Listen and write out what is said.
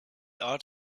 art